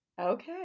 okay